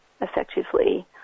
effectively